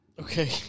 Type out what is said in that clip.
Okay